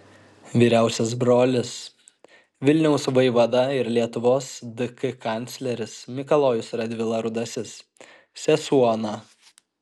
vyriausias brolis vilniaus vaivada ir lietuvos dk kancleris mikalojus radvila rudasis sesuo ona